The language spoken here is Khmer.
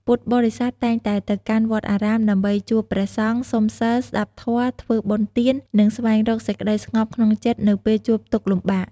ពុទ្ធបរិស័ទតែងតែទៅកាន់វត្តអារាមដើម្បីជួបព្រះសង្ឃ សុំសីល ស្ដាប់ធម៌ ធ្វើបុណ្យទាន និងស្វែងរកសេចក្តីស្ងប់ក្នុងចិត្តនៅពេលជួបទុក្ខលំបាក។